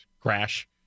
crash